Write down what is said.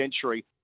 century